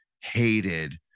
hated